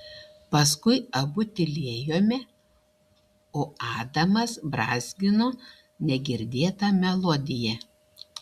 paskui abu tylėjome o adamas brązgino negirdėtą melodiją